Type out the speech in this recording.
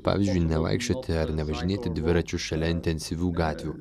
pavyzdžiui nevaikščioti ar nevažinėti dviračiu šalia intensyvių gatvių